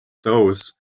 those